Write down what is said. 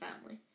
family